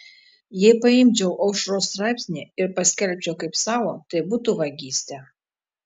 jei paimčiau aušros straipsnį ir paskelbčiau kaip savo tai būtų vagystė